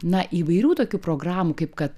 na įvairių tokių programų kaip kad